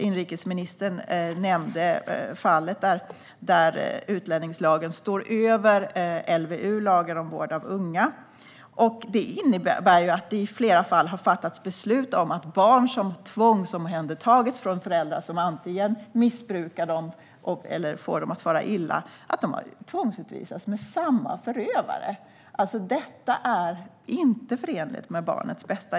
Inrikesministern nämnde att utlänningslagen står över LVU, lagen om vård av unga. Det har lett till att det i flera fall fattats beslut som inneburit att barn som tvångsomhändertagits från föräldrar som antingen missbrukar dem eller får dem att fara illa har tvångsutvisats med samma förövare. Detta är inte förenligt med barnets bästa.